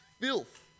filth